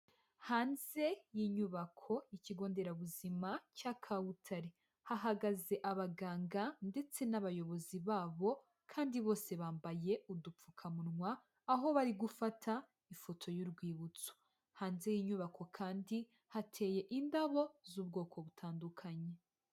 Hanze y'inyubako y'ikigo nderabuzima cya Kabutare. Hahagaze abaganga ndetse n'abayobozi babo kandi bose bambaye udupfukamunwa, aho bari gufata ifoto y'urwibutso. Hanze y'inyubako kandi hateye indabo z'ubwoko butandukanye.